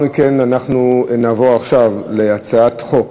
אנחנו עוברים להצעת חוק